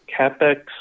CapEx